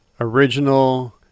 Original